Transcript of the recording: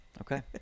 Okay